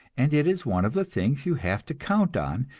and it is one of the things you have to count on,